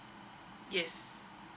yes